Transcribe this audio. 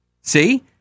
See